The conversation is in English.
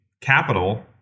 capital